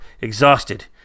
exhausted